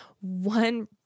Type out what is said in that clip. One